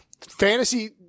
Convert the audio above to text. fantasy –